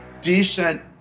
decent